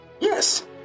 Yes